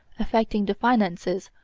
affecting the finances,